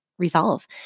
Resolve